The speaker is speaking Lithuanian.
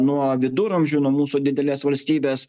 nuo viduramžių nuo mūsų didelės valstybės